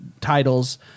titles